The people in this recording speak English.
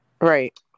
right